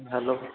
hello